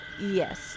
Yes